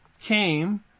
came